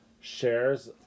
shares